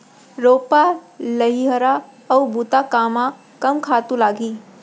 रोपा, लइहरा अऊ बुता कामा कम खातू लागही?